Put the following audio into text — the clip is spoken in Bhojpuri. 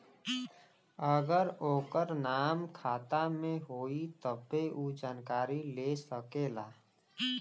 अगर ओकर नाम खाता मे होई तब्बे ऊ जानकारी ले सकेला